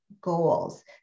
goals